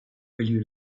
will